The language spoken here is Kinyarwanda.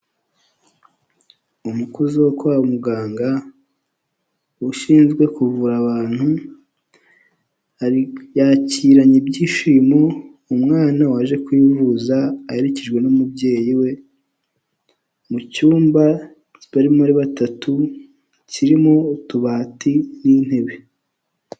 Umukozi wo kwa muganga ushinzwe kuvura abantu, yakiranye ibyishimo umwana waje kwivuza aherekejwe n'umubyeyi we, mu cyumba barimo ari batatu kirimo utubati n'intebe.